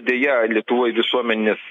deja lietuvoj visuomenės